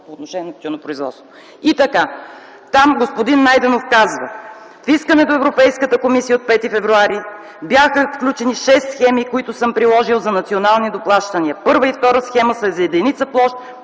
по отношение на тютюнопроизводството. Там господин Найденов казва: „В искане до Европейската комисия от 5 февруари т.г. бяха сключени шест схеми, които съм приложил за национални доплащания. Първа и втора схема са за единица площ